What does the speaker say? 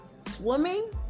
Swimming